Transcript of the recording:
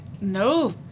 No